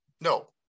No